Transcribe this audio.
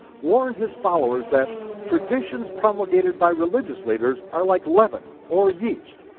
warned his followers that traditions promulgated by religious leaders are like leaven or yeast,